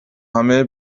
همه